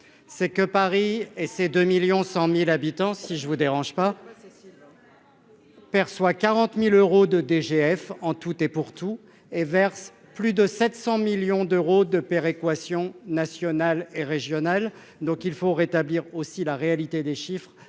c'est que Paris et ses 2 1000000 100000 habitants, si je vous dérange pas. Bah, Cécile. Soit 40000 euros de DGF en tout et pour tout et versent plus de 700 millions d'euros de péréquation nationale et régionale, donc il faut rétablir aussi la réalité des chiffres